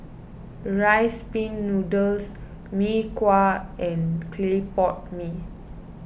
Rice Pin Noodles Mee Kuah and Clay Pot Mee